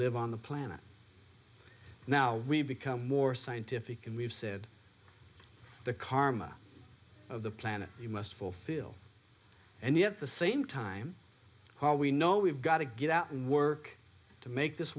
live on the planet now we've become more scientific and we've said the karma of the planet he must fulfill and yet the same time how we know we've got to get out and work to make this